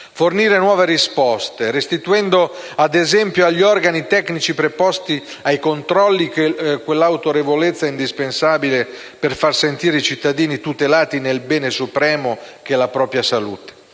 fornire nuove risposte, restituendo ad esempio agli organi tecnici preposti ai controlli quell'autorevolezza indispensabile per far sentire i cittadini tutelati nel bene supremo che è la propria salute.